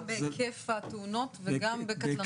גם בהיקף התאונות וגם בקטלניות שלהם?